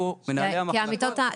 מנהלי בתי החולים מכירים אותם מצוין,